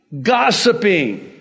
gossiping